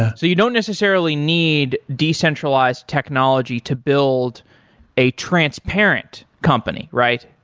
so you don't necessarily need decentralized technology to build a transparent company, right?